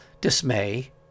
dismay